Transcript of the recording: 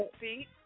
See